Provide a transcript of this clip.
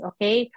Okay